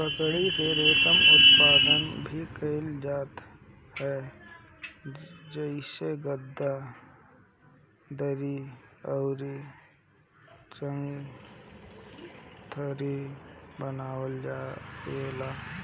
बकरी से रेशा उत्पादन भी कइल जात ह जेसे गद्दी, दरी अउरी चांगथंगी बनावल जाएला